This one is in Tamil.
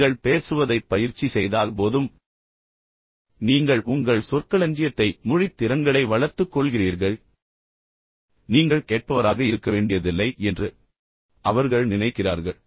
எனவே நீங்கள் பேசுவதைப் பயிற்சி செய்தால் போதும் நீங்கள் உங்கள் சொற்களஞ்சியத்தை வளர்த்துக் கொள்கிறீர்கள் உங்கள் மொழித் திறன்களை வளர்த்துக் கொள்கிறீர்கள் ஆனால் நீங்கள் கேட்பவராக இருக்க வேண்டியதில்லை என்று அவர்கள் நினைக்கிறார்கள்